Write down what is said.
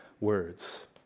words